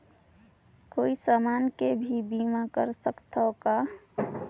कोई समान के भी बीमा कर सकथव का?